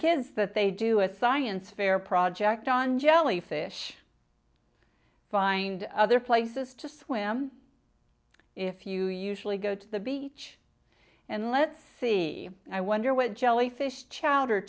kids that they do a science fair project on jellyfish find other places to swim if you usually go to the beach and let's see i wonder what jellyfish ch